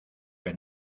que